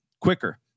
quicker